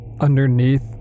underneath